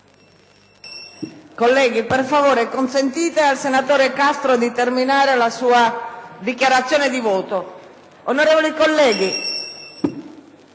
Colleghi, per favore, consentite al senatore Castro di terminare la sua dichiarazione di voto. CASTRO *(PdL)*.